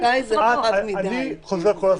אני חוזר כל הזמן,